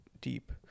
deep